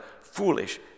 foolish